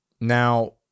Now